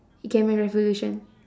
ikemen-revolution